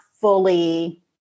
fully